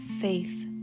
faith